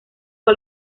fue